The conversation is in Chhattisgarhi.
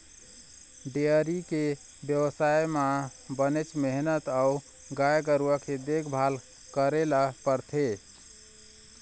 डेयरी के बेवसाय म बनेच मेहनत अउ गाय गरूवा के देखभाल करे ल परथे